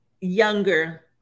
younger